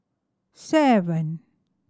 seven